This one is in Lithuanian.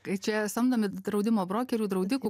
kai čia samdomi draudimo brokerių draudikų